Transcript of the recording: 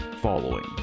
following